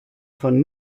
von